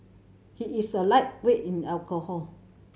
he is a lightweight in alcohol